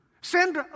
Send